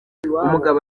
umugabo